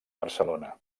barcelona